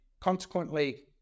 consequently